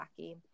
wacky